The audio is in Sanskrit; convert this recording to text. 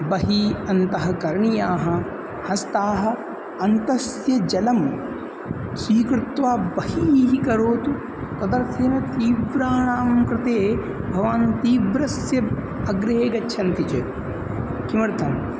बहि अन्तः करणीयौ हस्तौ अन्तस्य जलं स्वीकृत्वा बहिः करोतु तदर्थं तीव्राणां कृते भवान् तीव्रस्य अग्रे गच्छन्ति चेत् किमर्थम्